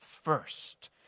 first